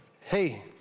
Hey